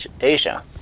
Asia